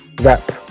rap